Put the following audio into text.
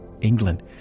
England